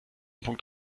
punkt